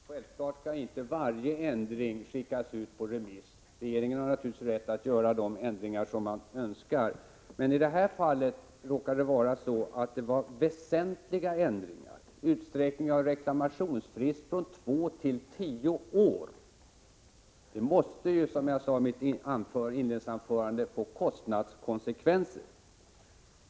Herr talman! Självfallet skall inte varje ändring skickas ut på remiss — regeringen har naturligtvis rätt att göra de ändringar den önskar. I detta fall råkar det dock vara fråga om väsentliga ändringar, nämligen utsträckning av reklamationsfristen från två till tio år. Det måste, som jag sade i mitt inledningsanförande, få kostnadskonsekvenser.